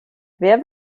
wer